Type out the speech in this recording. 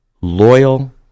loyal